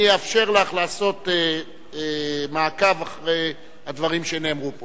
אני אאפשר לך לעשות מעקב אחרי הדברים שנאמרו פה.